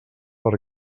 per